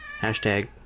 Hashtag